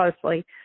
closely